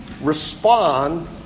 respond